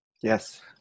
yes